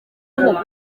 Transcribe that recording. aho